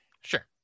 Sure